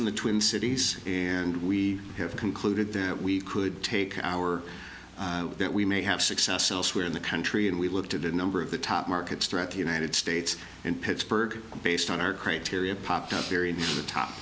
in the twin cities and we have concluded that we could take our that we may have success elsewhere in the country and we looked at a number of the top markets throughout the united states and pittsburgh based on our criteria popped up her